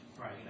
Right